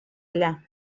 allà